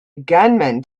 gunman